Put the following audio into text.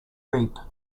reap